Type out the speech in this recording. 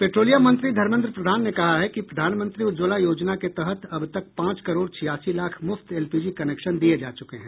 petroleum मंत्री धर्मेन्द्र प्रधान ने कहा है कि प्रधानमंत्री उज्जवला योजना के तहत अब तक पांच करोड़ छियासी लाख मुफ्त एलपीजी कनेक्शन दिए जा चुके हैं